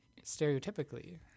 stereotypically